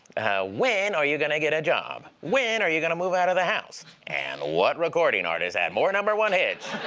ah when are you going to get a job? when are you going to move out of the house? and what recording artist had more number one hits?